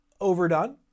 overdone